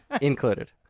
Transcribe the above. included